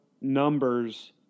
numbers